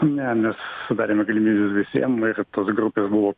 ne mes sudarėme galimybę visiem ir tos grupės buvo